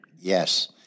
Yes